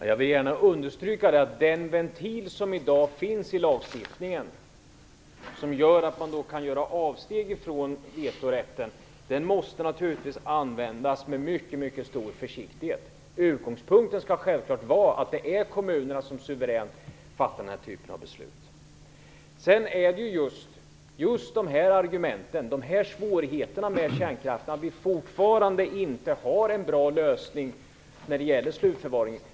Herr talman! Jag vill gärna understryka att den ventil som i dag finns i lagstiftningen, som gör att man kan göra avsteg från vetorätten, naturligtvis måste användas med mycket stor försiktighet. Utgångspunkten skall självfallet vara att det är kommunerna som suveränt fattar den här typen av beslut. Svårigheterna med kärnkraften är att vi fortfarande inte har en bra lösning när det gäller slutförvaringen.